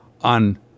on